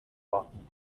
walking